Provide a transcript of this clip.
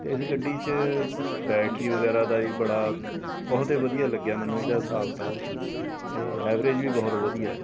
ਅਤੇ ਇਸ ਗੱਡੀ 'ਚ ਬੈਟਰੀ ਵਗੈਰਾ ਦਾ ਵੀ ਬੜਾ ਬਹੁਤ ਹੈ ਵਧੀਆ ਲੱਗਿਆ ਮੈਨੂੰ ਇਹਦਾ ਹਿਸਾਬ ਕਿਤਾਬ ਅਤੇ ਐਵਰੇਜ ਵੀ ਬਹੁਤ ਵਧੀਆ ਹੈ